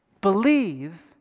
believe